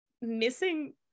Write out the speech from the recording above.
missing